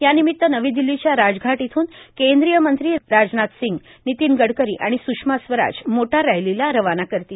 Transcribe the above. यानिमित्त नवी दिल्लीच्या राजघाट इथून केंद्रीय मंत्री राजनाथ सिंग नितीन गडकरी आणि सुषमा स्वराज मोटार रॅलीला रवाना करतील